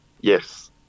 Yes